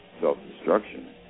self-destruction